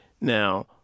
Now